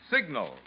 Signal